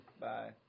Bye